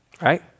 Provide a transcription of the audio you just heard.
right